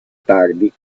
tardi